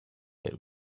that